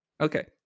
Okay